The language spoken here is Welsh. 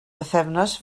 bythefnos